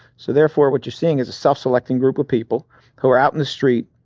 so therefore what you're seeing is a self-selecting group of people who are out in the street,